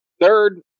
Third